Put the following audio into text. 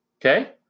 Okay